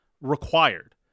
required